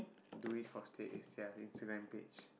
do it for stead instead of Instagram page